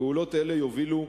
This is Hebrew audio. פעולות אלה יובילו,